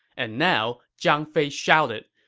and now, zhang fei shouted,